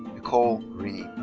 nicole green.